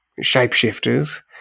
shapeshifters